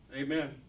Amen